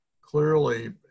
clearly